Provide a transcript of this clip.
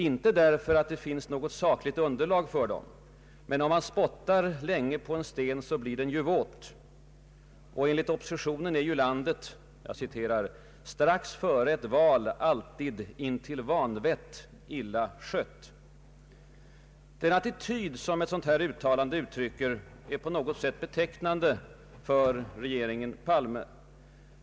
Inte därför att det finns något sakligt underlag för dem, men om man spottar länge på en sten så blir den ju våt.” Och enligt oppositionen är ju landet ”strax före ett val alltid intill vanvett illa skött”. Den attityd som ett sådant här uttalande uttrycker är på något sätt betecknande för regeringen Palme.